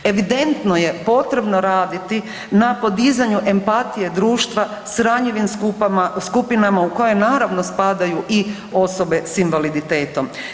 Evidentno je potrebno raditi na podizanju empatije društva s ranjivim skupinama u koje naravno spadaju i osobe s invaliditetom.